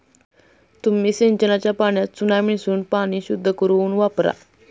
तुम्ही सिंचनाच्या पाण्यात चुना मिसळून पाणी शुद्ध करुन वापरा